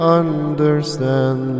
understand